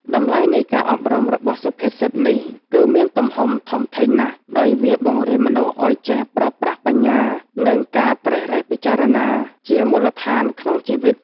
តម្លៃនៃការអប់រំរបស់សុភាសិតនេះ គឺមានទំហំធំធេងណាស់ ដោយវាបង្រៀនមនុស្សឱ្យចេះប្រើប្រាស់បញ្ញា និងការត្រិះរិះពិចារណាជាមូលដ្ឋានក្នុងជីវិត។